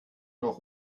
noch